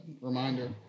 reminder